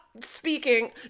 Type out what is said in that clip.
speaking